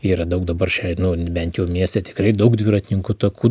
yra daug dabar šiai bent jau mieste tikrai daug dviratininkų takų